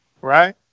right